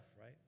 right